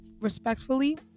respectfully